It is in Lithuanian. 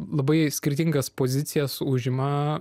labai skirtingas pozicijas užima